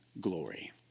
glory